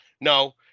no